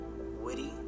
witty